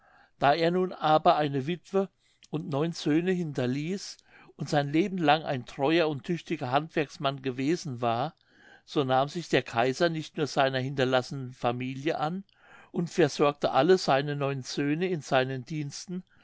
da er nun aber eine wittwe und neun söhne hinterließ und sein lebenlang ein treuer und tüchtiger handwerksmann gewesen war so nahm sich der kaiser nicht nur seiner hinterlassenen familie an und versorgte alle seine neun söhne in seinen diensten